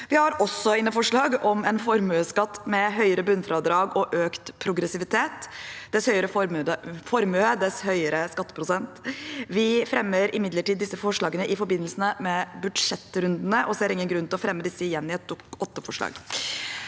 vi har inne forslag om en formuesskatt med høyere bunnfradrag og økt progressivitet – dess høyere formue, dess høyere skatteprosent. Vi fremmer imidlertid disse forslagene i forbindelse med budsjettrundene; vi ser ingen grunn til å fremme dem igjen i et Dokument 8-forslag.